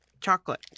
chocolate